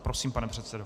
Prosím, pane předsedo.